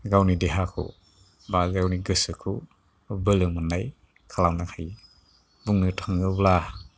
गावनि देहाखौ बा गावनि गोसोखौ बोलो मोननाय खालामनो हायो बुंनो थाङोब्ला